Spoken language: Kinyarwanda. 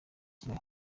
kigali